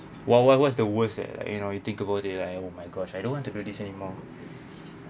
what what what's the worst eh I mean like now you think about it right oh my gosh I don't want to do this anymore